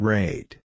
Rate